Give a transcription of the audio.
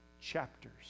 chapters